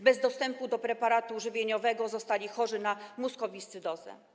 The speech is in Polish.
Bez dostępu do preparatu żywieniowego zostali chorzy na mukowiscydozę.